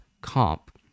comp